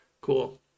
Cool